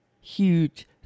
huge